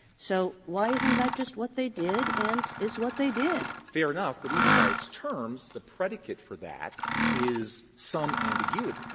so why isn't that just what they did, and is what they did? landau fair enough. but even by its terms, the predicate for that is some ambiguity.